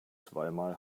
zweimal